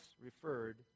referred